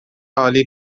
عالی